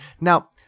Now